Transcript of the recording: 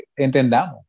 entendamos